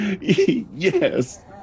yes